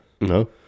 No